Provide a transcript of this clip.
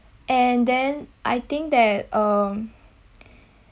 and then I think that um